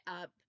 up